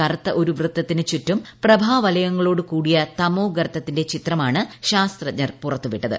കറുത്ത ഒരു വൃത്തത്തിനു ചുറ്റും പ്രഭാവലയങ്ങളോടുകൂടിയ തമോഗർത്തത്തിന്റെ ചിത്രമാണ് ശാസ്ത്രജ്ഞർ പുറത്തുവിട്ടത്